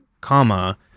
comma